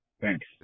Thanks